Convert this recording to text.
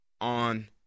on